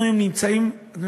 אנחנו נמצאים היום,